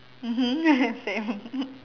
mmhmm same